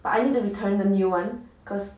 but I need to return the new one because